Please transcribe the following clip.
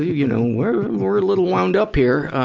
you know we're we're a little wound up here,